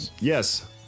Yes